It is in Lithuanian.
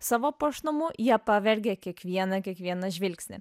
savo puošnumu jie pavergė kiekvieną kiekvieną žvilgsnį